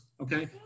okay